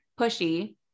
pushy